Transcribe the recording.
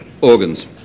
organs